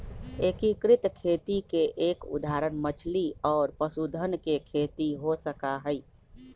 एकीकृत खेती के एक उदाहरण मछली और पशुधन के खेती हो सका हई